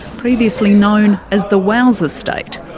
previously known as the wowser state.